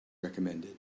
recommended